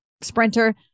sprinter